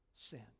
sin